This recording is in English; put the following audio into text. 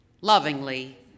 lovingly